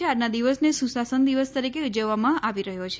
આજના દિવસને સુશાસન દિવસ તરીકે ઉજવવામાં આવી રહ્યો છે